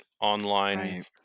online